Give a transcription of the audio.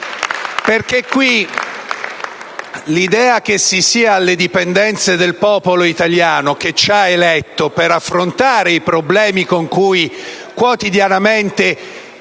M5S)*. L'idea che si sia alle dipendenze del popolo italiano, che ci ha eletto per affrontare i problemi con cui quotidianamente